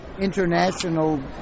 international